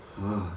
!huh!